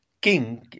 king